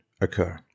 occur